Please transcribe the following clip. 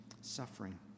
Suffering